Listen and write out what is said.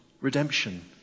redemption